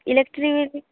electric bill